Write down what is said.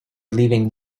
leaving